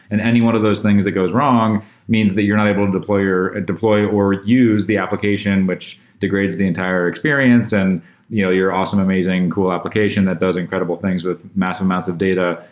and any one of those things that goes wrong means that you're not able deploy or deploy or use the application, which degrades the entire experience and you know your awesome, amazing cool application that does incredible things with massive amounts of data,